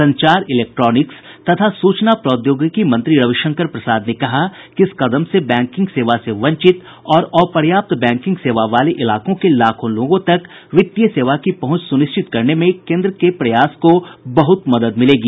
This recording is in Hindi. संचार इलेक्ट्रानिक्स तथा सूचना प्रौद्योगिकी मंत्री रविशंकर प्रसाद ने कहा कि इस कदम से बैंकिंग सेवा से वंचित और अपर्याप्त बैंकिंग सेवा वाले इलाकों के लाखों लोगों तक वित्तीय सेवा की पहुंच सुनिश्चित करने में केन्द्र के प्रयास को बहुत मदद मिलेगी